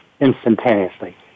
instantaneously